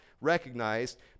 recognized